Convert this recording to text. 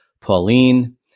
Pauline